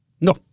no